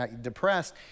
depressed